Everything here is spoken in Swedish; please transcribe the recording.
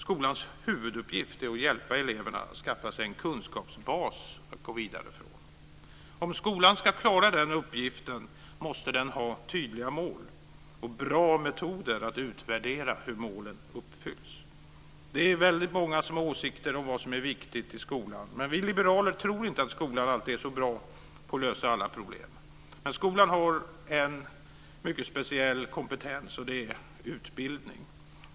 Skolans huvuduppgift är att hjälpa eleverna att skaffa sig en kunskapsbas att gå vidare från. Om skolan ska klara den uppgiften måste den ha tydliga mål och bra metoder att utvärdera hur målen uppfylls. Det är väldigt många som har åsikter om vad som är viktigt i skolan. Vi liberaler tror inte att skolan alltid är så bra på att lösa alla problem. Men skolan har en mycket speciell kompetens, och det är utbildning.